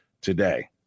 today